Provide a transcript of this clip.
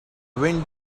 wind